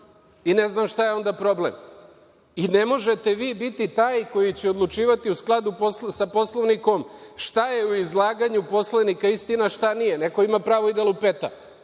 Ne znam šta je onda problem? I ne možete vi biti taj koji će odlučivati u skladu sa Poslovnikom šta je u izlaganju poslanika istina a šta nije. Neko ima pravo i da lupeta.